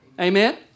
Amen